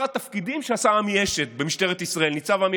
התפקידים שעשה ניצב עמי אשד במשטרת ישראל.